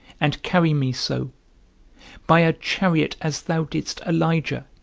and carry me so by a chariot, as thou didst elijah,